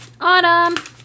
Autumn